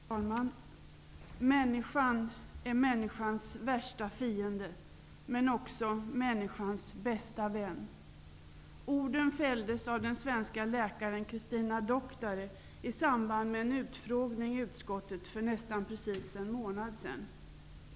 Herr talman! Människan är människans värsta fiende, men också människans bästa vän. De orden fälldes av den svenska läkaren Christina Doctare i samband med en utfrågning i utskottet för nästan precis en månad sedan.